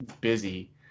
busy